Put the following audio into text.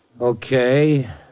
Okay